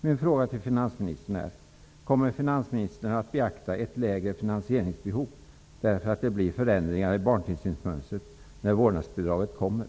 Min fråga till finansministern är: Kommer finansministern att beakta ett lägre finansieringsbehov -- eftersom det blir förändringar i barntillsynsmönstret när vårdnadsbidraget kommer?